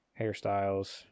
hairstyles